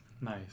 Nice